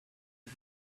you